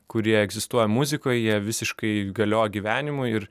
kurie egzistuoja muzikoj jie visiškai galioja gyvenimui ir